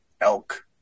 elk